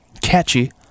catchy